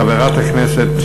חברת הכנסת